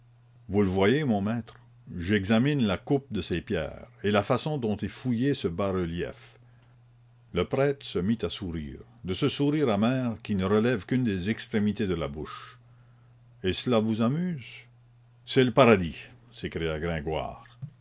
vous le voyez mon maître j'examine la coupe de ces pierres et la façon dont est fouillé ce bas-relief le prêtre se mit à sourire de ce sourire amer qui ne relève qu'une des extrémités de la bouche et cela vous amuse c'est le paradis s'écria gringoire